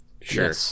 Sure